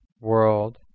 world